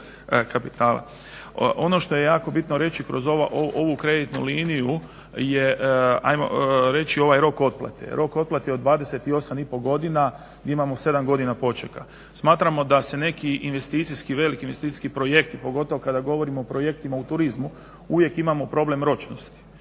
Ono što je jako bitno reći kroz ovu kreditnu liniju je ajmo reći rok ovaj otplate. Rok otplate od 28 i pol godina gdje imamo 7 godina počeka. Smatramo da se neki investicijski, veliki investicijski projekti pogotovo kada govorimo o projektima u turizmu uvijek imamo problem ročnost.